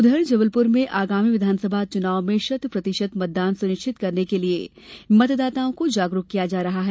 उधर जबलपुर जिले में आगामी विधानसभा चुनाव में शतप्रतिशत मतदान सुनिश्चित करने के लिए मतदाताओं को जागरूक किया जा रहा है